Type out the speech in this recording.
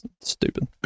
stupid